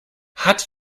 hat